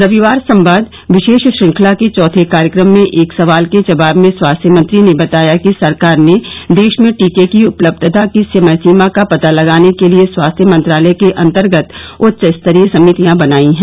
रविवार संवाद विशेष श्रंखला के चौथे कार्यक्रम में एक सवाल के जवाब में स्वास्थ्य मंत्री ने बताया कि सरकार ने देश में टीके की उपलब्धता की समय सीमा का पता लगाने के लिए स्वास्थ्य मंत्रालय के अंतर्गत उच्चस्तरीय समितियां बनाई गई हैं